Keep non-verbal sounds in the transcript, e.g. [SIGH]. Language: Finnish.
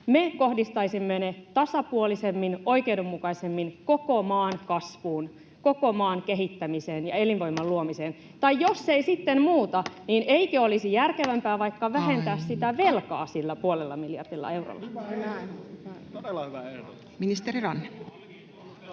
Me kohdistaisimme ne eurot tasapuolisemmin, oikeudenmukaisemmin koko maan kasvuun, koko maan kehittämiseen ja elinvoiman luomiseen. [NOISE] Tai jos ei sitten muuta, niin eikö olisi järkevämpää vaikka [Puhemies: Aika!] vähentää sitä velkaa sillä puolella miljardilla eurolla?